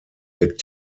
wird